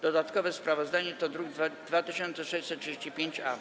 Dodatkowe sprawozdanie to druk nr 2635-A.